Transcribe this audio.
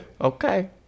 Okay